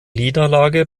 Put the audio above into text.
niederlage